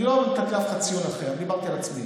אני לא נתתי לאף אחד ציון אחר, דיברתי על עצמי.